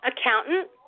Accountant